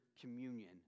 communion